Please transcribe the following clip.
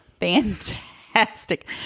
fantastic